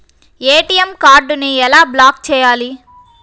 ATM కార్డుని ఎలా block చేయాలి?